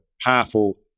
powerful